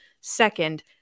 Second